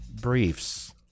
Briefs